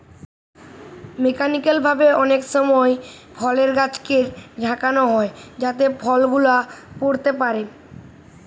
mechanical ভাবে অনেক সময় ফলের গাছকে ঝাঁকানো হয় যাতে ফল গুলা পড়তে পারে